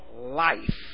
life